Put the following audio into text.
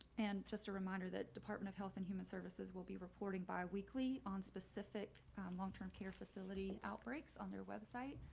and just a reminder that department of health in human services, we'll be reporting bi weekly on specific long term care facility outbreaks on their website.